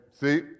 see